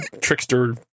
trickster